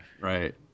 right